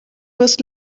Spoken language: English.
was